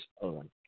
on